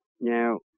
Now